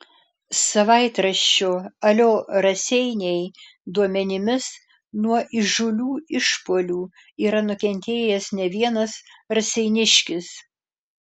savaitraščio alio raseiniai duomenimis nuo įžūlių išpuolių yra nukentėjęs ne vienas raseiniškis